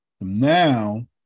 Now